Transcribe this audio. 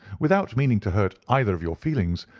without meaning to hurt either of your feelings,